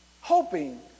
hoping